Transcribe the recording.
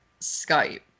Skype